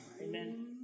Amen